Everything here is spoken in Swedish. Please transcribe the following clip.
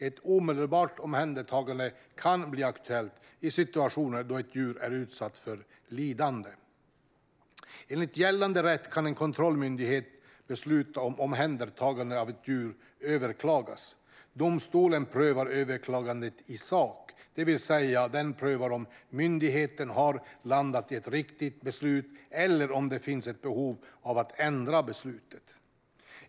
Ett omedelbart omhändertagande kan bli aktuellt i situationer då ett djur är utsatt för lidande. Enligt gällande rätt kan en kontrollmyndighets beslut om omhändertagande av ett djur överklagas. Domstolen prövar överklagandet i sak, det vill säga att den prövar om myndigheten har landat i ett riktigt beslut eller om det finns ett behov av att ändra beslutet.